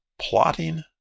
Plotting